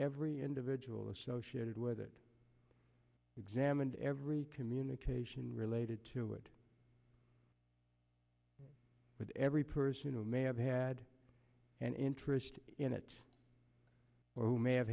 every individual associated with it examined every communication related to it but every person who may have had an interest in it well may have